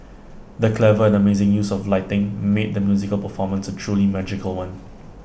the clever and amazing use of lighting made the musical performance A truly magical one